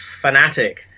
fanatic